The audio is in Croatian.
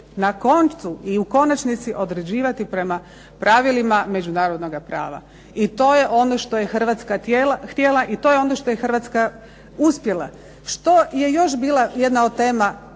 na koncu i u konačnici određivati prema pravilima međunarodnoga prava. I to je ono što je Hrvatska htjela i to je ono što je Hrvatska uspjela. Što je još bila jedna od tema